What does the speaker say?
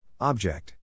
Object